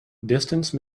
distance